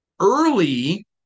early